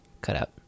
cutout